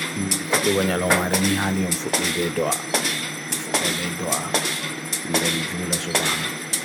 Phukbukanya lomari niha ni om fukne be dwa. Om fukne be dwa. An dhen jula subaha.